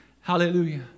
Hallelujah